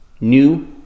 new